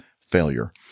failure